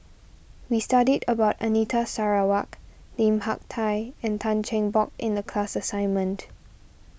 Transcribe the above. we studied about Anita Sarawak Lim Hak Tai and Tan Cheng Bock in the class assignment